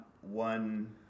one